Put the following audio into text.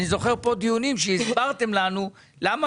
אני זוכר כאן דיונים שהסברתם לנו למה